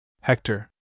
Hector